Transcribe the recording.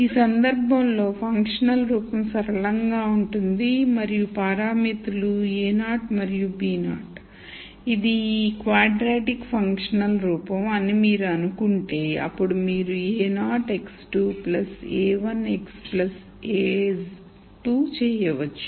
ఈ సందర్భంలో ఫంక్షనల్ రూపం సరళంగా ఉంటుంది మరియు పారామితులు a0 మరియు b0 ఇది వర్గ ఫంక్షనల్ రూపం అని మీరు అనుకుంటే అప్పుడు మీరు a₀ x2 a₁ x a₂ చేయవచ్చు